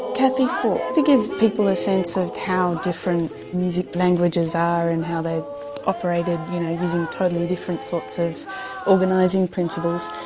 cathy falk, to give people a sense of how different music languages are and how they've operated you know using totally different sorts of organising principles,